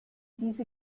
diese